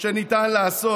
שניתן לעשות.